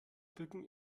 bücken